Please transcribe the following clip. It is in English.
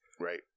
Right